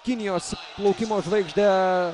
kinijos plaukimo žvaigždę